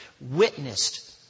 witnessed